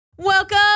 Welcome